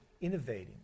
innovating